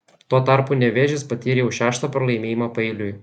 tuo tarpu nevėžis patyrė jau šeštą pralaimėjimą paeiliui